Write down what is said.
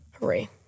Hooray